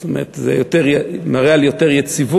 זאת אומרת, זה מראה על יותר יציבות,